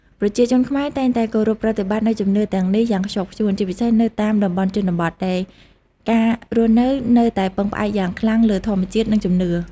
ប្រជាជនខ្មែរតែងតែគោរពប្រណិប័តន៍នូវជំនឿទាំងនេះយ៉ាងខ្ជាប់ខ្ជួន ជាពិសេសនៅតាមតំបន់ជនបទ ដែលការរស់នៅនៅតែពឹងផ្អែកយ៉ាងខ្លាំងលើធម្មជាតិ និងជំនឿ។